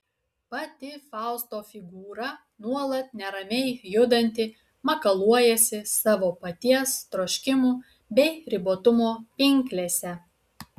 pati fausto figūra nuolat neramiai judanti makaluojasi savo paties troškimų bei ribotumo pinklėse